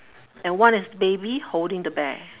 and one is baby holding the bear